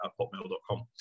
popmail.com